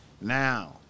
Now